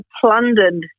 plundered